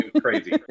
crazy